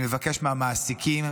אני מבקש מהמעסיקים,